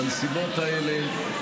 בנסיבות האלה,